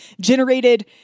generated